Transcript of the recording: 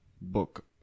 book